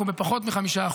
אנחנו בפחות מ-5%,